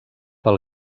pel